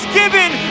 given